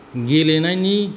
गेलेनायनि